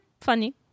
funny